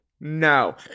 No